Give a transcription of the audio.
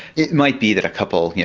it might be that a couple, yeah